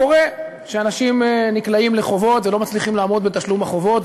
קורה שאנשים נקלעים לחובות ולא מצליחים לעמוד בתשלום החובות.